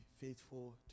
faithful